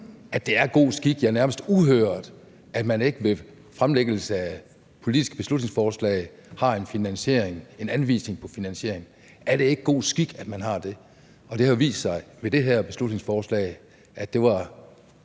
ikke et nej – at det nærmest er uhørt, at man ikke ved fremlæggelsen af politiske beslutningsforslag har en finansiering, en anvisning på en finansiering? Er det ikke god skik, at man har det? Det har jo vist sig ved det her beslutningsforslag, at det var